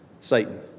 satan